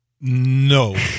No